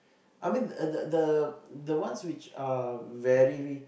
I mean the the the the ones which are very